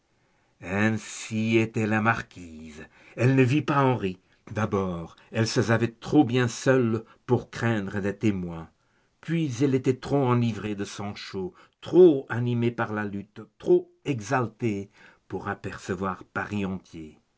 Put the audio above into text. ainsi était la marquise elle ne vit pas henri d'abord elle se savait trop bien seule pour craindre des témoins puis elle était trop enivrée de sang chaud trop animée par la lutte trop exaltée pour apercevoir paris